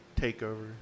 TakeOver